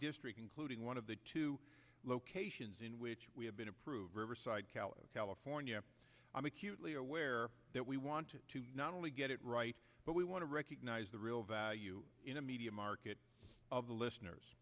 district including one of the two locations in which we have been approved riverside calif california i'm acutely aware that we want to not only get it right but we want to recognize the real value in the media market of the listeners